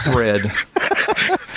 thread